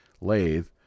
lathe